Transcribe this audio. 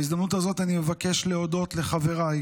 בהזדמנות הזאת, אני מבקש להודות לחבריי